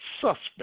Suspect